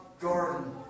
garden